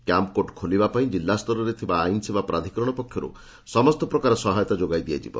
camp court ଖୋଲିବା ପାଇଁ ଜିଲ୍ଲାସ୍ତରରେ ଥିବା ଆଇନ୍ସେବା ପ୍ରାଧିକରଣ ପକ୍ଷରୁ ସମସ୍ତ ପ୍ରକାର ସହାୟତା ଯୋଗାଇ ଦିଆଯିବ